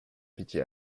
pitié